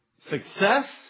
success